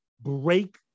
break